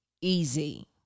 easy